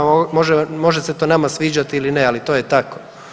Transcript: Može se to nama sviđati ili ne, ali to je tako.